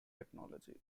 technology